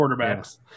quarterbacks